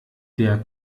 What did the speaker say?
der